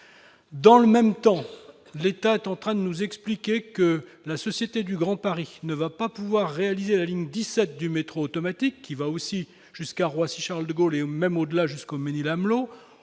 Dans le même temps, l'État est en train de nous expliquer que la société du Grand Paris ne va pas pouvoir réaliser la ligne 17 du métro automatique, qui doit aussi aller jusqu'à Roissy-Charles-de-Gaulle, et même au-delà, jusqu'au Mesnil-Amelot,